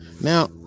Now